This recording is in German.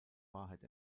wahrheit